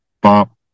bop